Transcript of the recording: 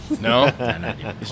No